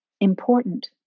important